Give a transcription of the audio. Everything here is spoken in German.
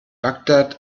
bagdad